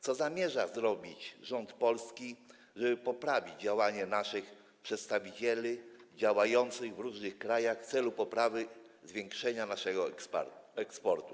Co zamierza zrobić rząd polski, żeby poprawić działanie naszych przedstawicieli działających w różnych krajach w celu poprawy, zwiększenia naszego eksportu?